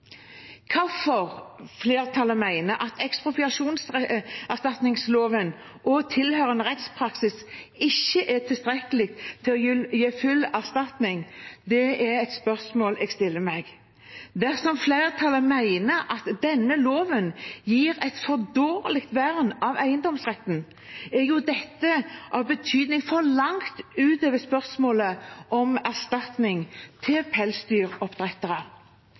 Hvorfor flertallet mener at ekspropriasjonserstatningsloven og tilhørende rettspraksis ikke er tilstrekkelig til å gi full erstatning, er et spørsmål jeg stiller meg. Dersom flertallet mener at denne loven gir et for dårlig vern av eiendomsretten, er jo dette av betydning langt utover spørsmålet om erstatning til pelsdyroppdrettere.